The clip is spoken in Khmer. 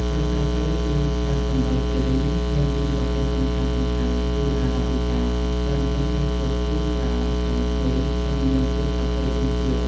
គ្រាប់កាហ្វេពីខេត្តមណ្ឌលគិរីមានពីរប្រភេទសំខាន់ៗ គឺ អារ៉ាប៊ីកា ដែលមានរសជាតិជូរស្រាល ក្លិនឈ្ងុយ និងមានជាតិកាហ្វេអ៊ីនទាប។